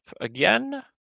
again